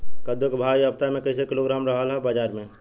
कद्दू के भाव इ हफ्ता मे कइसे किलोग्राम रहल ह बाज़ार मे?